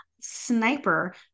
sniper